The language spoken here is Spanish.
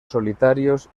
solitarios